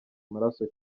amaraso